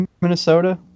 Minnesota